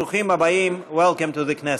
ברוכים הבאים, Welcome to the Knesset.